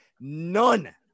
None